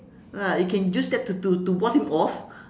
ah you can just use that to to to ward him off